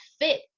fit